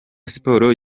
sports